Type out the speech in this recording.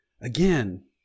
again